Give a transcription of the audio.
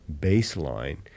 baseline